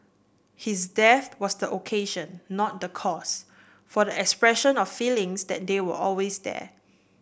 his death was the occasion not the cause for the expression of feelings that they were always there